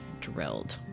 drilled